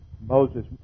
Moses